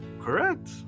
Correct